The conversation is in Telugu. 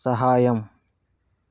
సహాయం